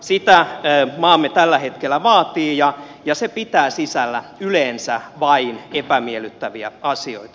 sitä maamme tällä hetkellä vaatii ja se pitää sisällään yleensä vain epämiellyttäviä asioita